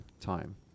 time